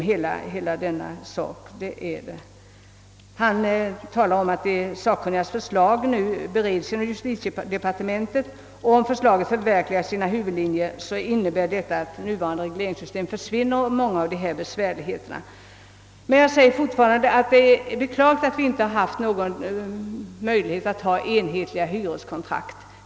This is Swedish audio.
Hyreslagstiftningssakkunnigas förslag bereds nu i justitiedepartementet och, om förslaget förverkligas i sina huvudlinjer, så innebär det att nuvarande regleringssystem försvinner och därmed försvinner många av de besvärligheter jag påtalat. Men jag tycker ändå att det är beklagligt att vi inte haft möjligheter att tidigare införa enhetliga hyreskontrakt.